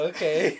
Okay